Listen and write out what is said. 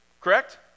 correct